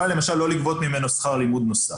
אבל למשל לא לגבות ממנו שכר לימוד נוסף.